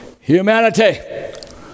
Humanity